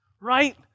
right